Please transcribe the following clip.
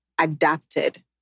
adapted